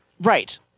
Right